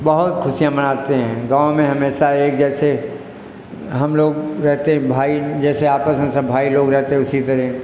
बहुत खुशियाँ मनाते हैं गाँव में हमेशा एक जैसे हम लोग रहते हैं भाई जैसे आपस में सब भाई लोग रहते है उसी तरह